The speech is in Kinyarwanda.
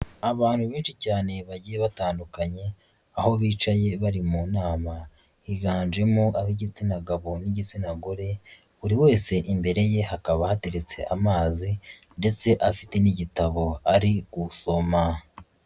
Abantu benshi cyane bagiye batandukanya aho bicaye bari mu nama, higanjemo ab'igitsina gabo n'igitsina gore, buri wese imbere ye hakaba hateretse amazi ndetse afite n'igitabo ari gusoma.